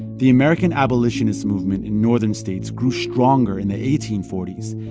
the american abolitionist movement in northern states grew stronger in the eighteen forty s,